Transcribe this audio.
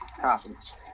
Confidence